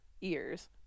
ears